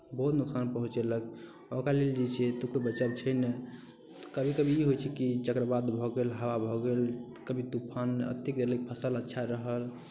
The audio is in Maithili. बहुत नुकसान पहुँचेलक ओकरा लेल जे छै से तऽ बचाव छै नहि कभी कभी ई होइ छै कि चक्रवात भऽ गेल हवा भऽ कभी तुफानमे एतेक एलै फसल अच्छा रहल